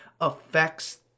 affects